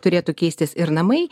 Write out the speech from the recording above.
turėtų keistis ir namai